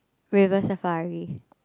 River-Safari